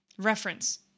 Reference